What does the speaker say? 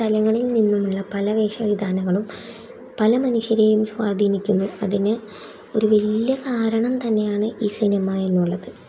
നിന്നുമുള്ള പല വേഷവിധാനങ്ങളും പല മനുഷ്യരെയും സ്വാധീനിക്കുന്നു അതിന് ഒരു വലിയ കാരണം തന്നെയാണ് ഈ സിനിമ എന്നുള്ളത്